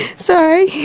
sorry. he's